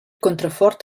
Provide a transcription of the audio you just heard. contrafort